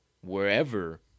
wherever